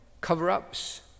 cover-ups